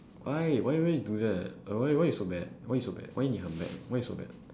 why why would you do that uh why why you so bad why you so bad why 你很 bad why you so bad